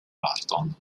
burton